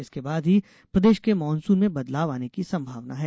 इसके बाद ही प्रदेश के मॉनसून में बदलाव आने की संभावना है